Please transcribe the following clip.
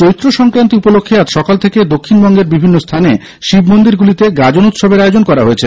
চৈত্র সংক্রান্তি উপলক্ষে আজ সকাল থেকে দক্ষিণবঙ্গের বিভিন্ন স্হানে শিব মন্দিরগুলিতে গাজন উৎসবের আয়োজন করা হয়েছে